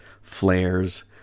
flares